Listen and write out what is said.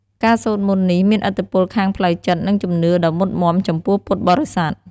ការសូត្រមន្តនេះមានឥទ្ធិពលខាងផ្លូវចិត្ត និងជំនឿដ៏មុតមាំចំពោះពុទ្ធបរិស័ទ។